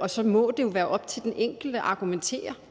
og så må det jo være op til den enkelte at argumentere